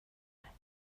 mig